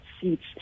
seats